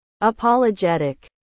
Apologetic